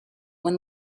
when